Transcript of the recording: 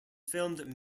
filmed